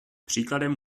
příkladem